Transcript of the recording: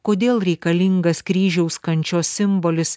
kodėl reikalingas kryžiaus kančios simbolis